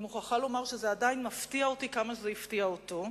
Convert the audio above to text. אני מוכרחה לומר שזה עדיין מפתיע אותי כמה שזה הפתיע אותו,